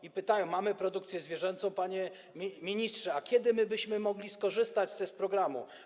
Oni pytają: Mamy produkcję zwierzęcą, panie ministrze, a kiedy my byśmy mogli skorzystać z programu?